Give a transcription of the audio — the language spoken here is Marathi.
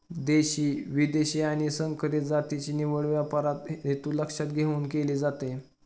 देशी, विदेशी आणि संकरित जातीची निवड व्यापाराचा हेतू लक्षात घेऊन केली जाते